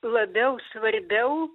labiau svarbiau